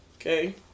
Okay